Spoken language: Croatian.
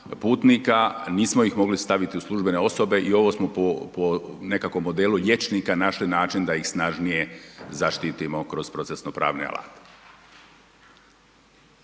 putnika. Nismo ih mogli staviti u službene osobe i ovo smo po nekako po modelu liječnika našli način da ih snažnije zaštitimo kroz procesno-pravne alate.